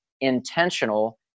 intentional